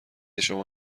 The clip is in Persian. شما